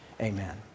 Amen